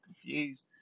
confused